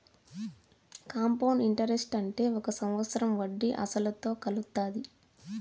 compound interest అంటే ఒక సంవత్సరం వడ్డీ అసలుతో కలుత్తాది